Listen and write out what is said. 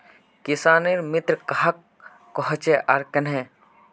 किसानेर मित्र कहाक कोहचे आर कन्हे?